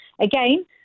Again